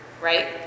right